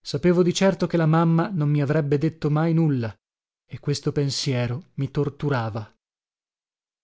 sapevo di certo che la mamma non mi avrebbe detto mai nulla e questo pensiero mi torturava